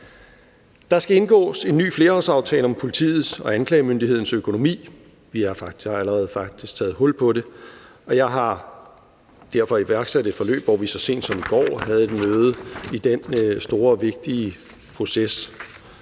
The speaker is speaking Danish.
Der skal indgås en ny flerårsaftale om politiets og anklagemyndighedens økonomi. Der er faktisk allerede taget hul på det, og jeg har derfor iværksat et forløb, hvor vi så sent som i går havde et møde i den store og vigtige proces.